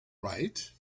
right